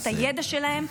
את הידע שלהם,